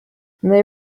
they